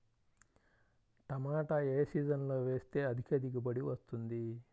టమాటా ఏ సీజన్లో వేస్తే అధిక దిగుబడి వస్తుంది?